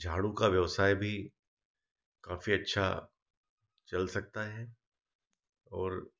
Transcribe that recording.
झाड़ू का व्यवसाय भी काफी अच्छा चल सकता है और